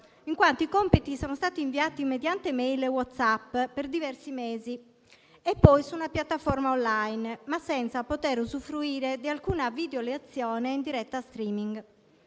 in quanto i compiti sono stati inviati mediante *mail* e WhatsApp per diversi mesi e poi su una piattaforma *on-line*, ma senza poter usufruire di alcuna video lezione in diretta *streaming*.